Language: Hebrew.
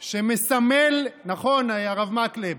שמסמל, נכון, הרב מקלב,